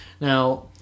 now